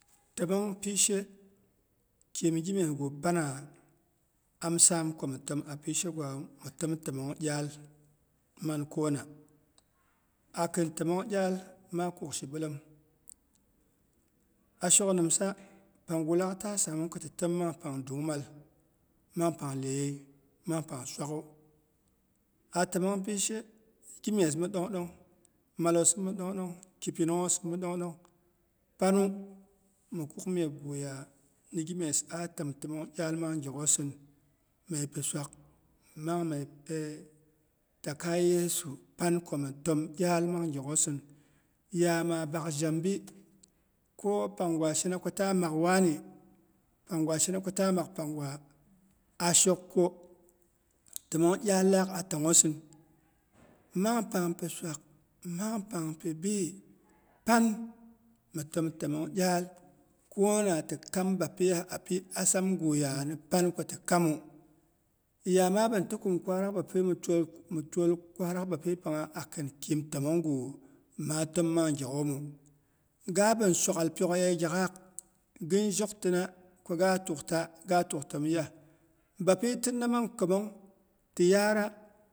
Təmong pishe kim gimyesgu panna am saam ko mi təma a pishe gwawu. Mi təm təmong iyal maa kuk shi bilem a shok nimsa pangu laak taa samang ko ti təm mang pang dung mal, mang pang iyeyei mang pang swakgwu. A təmong pishe gimyes mi ɗong ɗong mallosin mi ɗong ɗong ki pinunghosin mɨ ɗong ɗong. Pannu mɨ kuk meguya gimyes ah təmtomong iyal mang gyak'ghosin mye pi swagi mang mye takai tesu panko mi təm iyal mang gyakghosin. Ya maa bak zhambil ko pang gwa shenako taa mak wanni, pangwa shena ko ta mak panggwa ashokko təmong iyal laak a tanghsin. Mang pang pi swag, mang pang pi bi pan mi təm təmong iyal kona ti kam bapiya api asamguya ni panko ti kamu. Yamabinti kum kwarak bapi yu mi twal kwarak bapi pangha akin kim təmong gu maa təm mang gyah ghomu. Gabin swag'ghal pyokyei gyak'ghaak gin zhoktina ko ga tukta ga tuk temyiyai. Bapi tinna mang kəmong